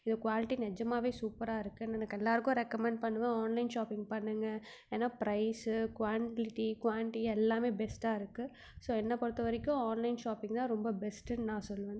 இது குவாலிட்டி நிஜமாவே சூப்பராக இருக்குது எனக்கு எல்லோருக்கும் ரெக்கமெண்ட் பண்ணுவேன் ஆன்லைன் ஷாப்பிங் பண்ணுங்கள் ஏன்னால் ப்ரைஸ்ஸு குவான்லிட்டி குவாண்டி எல்லாமே பெஸ்ட்டாக இருக்குது ஸோ என்னை பொறுத்த வரைக்கும் ஆன்லைன் ஷாப்பிங் தான் ரொம்ப பெஸ்ட்டுன்னு நான் சொல்லுவேன்